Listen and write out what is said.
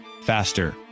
faster